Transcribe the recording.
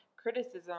Criticism